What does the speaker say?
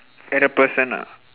at the person ah